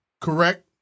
Correct